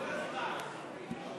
כל הזמן.